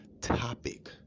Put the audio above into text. topic